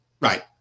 right